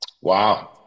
wow